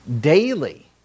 daily